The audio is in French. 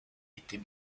était